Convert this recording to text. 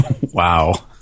Wow